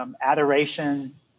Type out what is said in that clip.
adoration